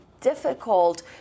difficult